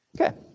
Okay